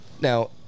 now